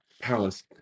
palace